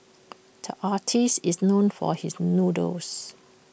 the artist is known for his doodles